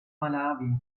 malawi